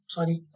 Sorry